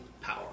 power